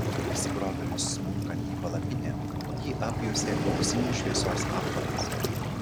įsibrovėliui smunkant į palapinę jį apjuosė auksinės šviesos apvadas